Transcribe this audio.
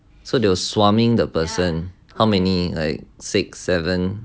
so they were swarming the person how many like six seven